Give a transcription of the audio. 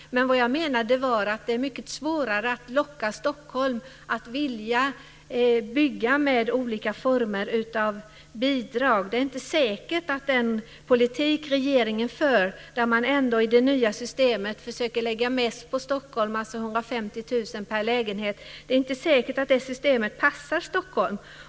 Men vad jag menade var att det är mycket svårare att locka Stockholm att vilja bygga med olika former av bidrag. Det är inte säkert att den politik som regeringen för, där man ändå i det nya systemet försöker lägga mest på Stockholm - dvs. 150 000 per lägenhet - passar Stockholm.